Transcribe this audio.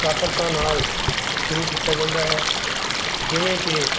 ਕਸਰਤਾਂ ਨਾਲ਼ ਸ਼ੁਰੂ ਕੀਤਾ ਜਾਂਦਾ ਹੈ ਜਿਵੇਂ ਕਿ